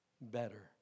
better